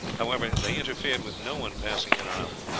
however, they interfered with no one passing in or out.